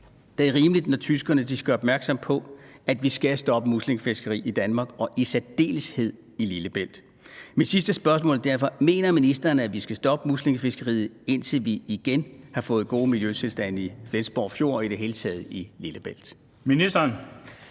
det er rimeligt, når tyskerne gør os opmærksomme på, at vi skal stoppe muslingefiskeriet i Danmark og i særdeleshed i Lillebælt. Mit sidste spørgsmål er derfor: Mener ministeren, at vi skal stoppe muslingefiskeriet, indtil vi igen har fået gode miljøtilstande i Flensborg Fjord og i det hele taget i Lillebælt?